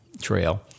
trail